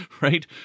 Right